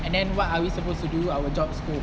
and then what are we supposed to do our job scope